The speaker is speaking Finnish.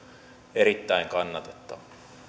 erittäin kannatettava